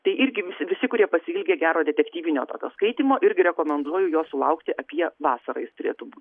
tai irgi visi visi kurie pasiilgę gero detektyvinio tokio skaitymo irgi rekomenduoju jo sulaukti apie vasarą jis turėtų būt